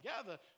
together